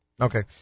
Okay